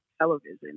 television